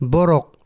Borok